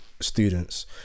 students